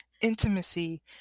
Intimacy